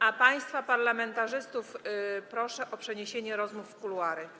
A państwa parlamentarzystów proszę o przeniesienie rozmów w kuluary.